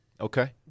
Okay